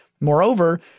Moreover